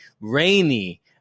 rainy